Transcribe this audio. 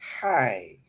hi